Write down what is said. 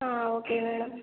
okay madam